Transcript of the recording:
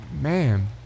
man